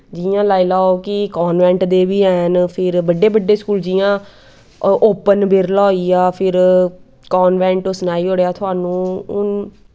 जियां लाई लैओ कि कांबैंट दे बी हैन फिर बड्डे बड्डे जियां ओपन बिरला हो इया फिर कांबैंट सनाई ओड़ेआ थोहानूं हून